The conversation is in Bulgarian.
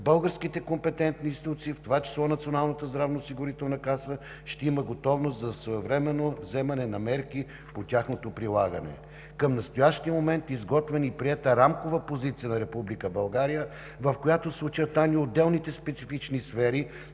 българските компетентни институции, в това число Националната здравноосигурителна каса, ще имат готовност за своевременно вземане на мерки по тяхното прилагане. Към настоящия момент е изготвена и приета рамкова позиция на Република България, в която са очертани отделните специфични сфери,